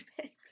pigs